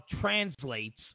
translates